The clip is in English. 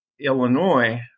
Illinois